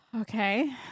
Okay